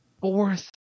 Fourth